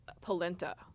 polenta